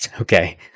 okay